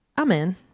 Amen